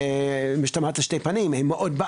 אנחנו בכנסת, אנחנו חוקרים הרבה תלונות.